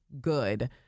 good